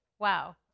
Wow